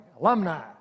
alumni